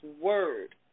word